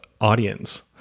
audience